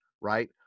right